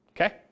Okay